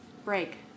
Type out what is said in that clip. Break